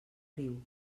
riu